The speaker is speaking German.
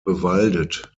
bewaldet